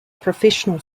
professional